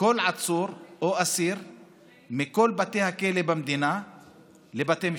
כל עצור או אסיר מכל בתי הכלא במדינה לבתי משפט.